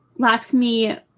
Laxmi